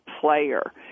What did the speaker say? player